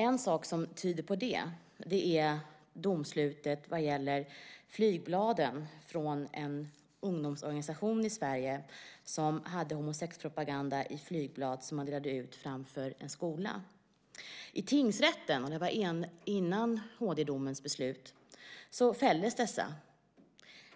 En sak som tyder på det är domslutet vad gäller flygbladen från en ungdomsorganisation i Sverige som hade homosexpropaganda i flygblad som man delade ut framför en skola. I tingsrätten - det var före Högsta domstolens beslut - fälldes man.